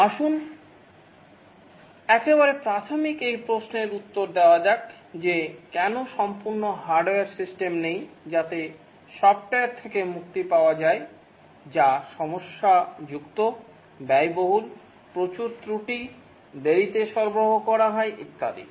আসুন একেবারে প্রাথমিক এই প্রশ্নের উত্তর দেওয়া যাক যে কেন সম্পূর্ণ হার্ডওয়্যার সিস্টেম নেই যাতে সফ্টওয়্যার থেকে মুক্তি পাওয়া যায় যা সমস্যাযুক্ত ব্যয়বহুল প্রচুর ত্রুটি দেরীতে সরবরাহ করা হয় ইত্যাদি